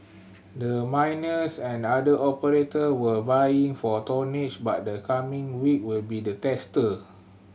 the miners and other operator were vying for tonnage but the coming week will be the tester